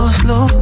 slow